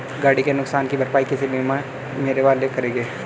गाड़ी के नुकसान की भरपाई मेरे बीमा वाले करेंगे